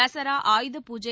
Dussehra Ayudha Puja